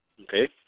Okay